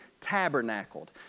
tabernacled